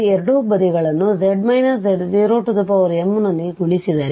ಎರಡೂ ಬದಿಗಳನ್ನುz z0m ನೊಂದಿಗೆ ಗುಣಿಸಿದರೆ